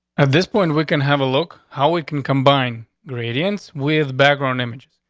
at this point, we can have a look how we can combine ingredients. we have background images,